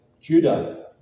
Judah